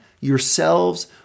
yourselves